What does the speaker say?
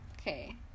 okay